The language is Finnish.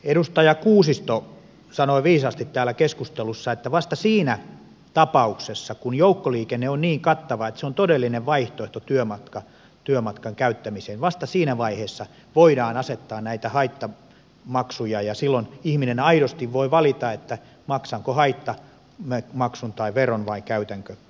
edustaja kuusisto sanoi viisaasti keskustelussa että vasta siinä tapauksessa kun joukkoliikenne on niin kattava että se on todellinen vaihtoehto työmatkan käyttämiseen voidaan asettaa haittamaksuja ja silloin ihminen aidosti voi valita maksaako haittamaksun tai veron vai käyttääkö joukkoliikennettä